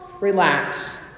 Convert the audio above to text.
Relax